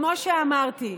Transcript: כמו שאמרתי,